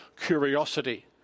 curiosity